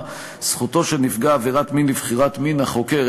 (זכותו של נפגע עבירת מין לבחירת מין החוקר),